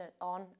on